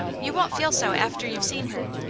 you won't feel so after youve seen her.